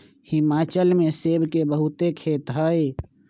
हिमाचल में सेब के बहुते खेत हई